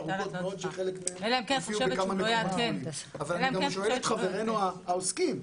אבל אני גם שואל את חברינו העוסקים,